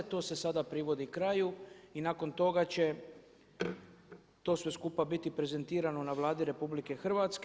To se sada privodi kraju i nakon toga će to sve skupa biti prezentirano na Vladi RH.